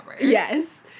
Yes